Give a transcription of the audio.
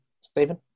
Stephen